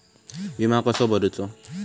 विमा कसो भरूचो?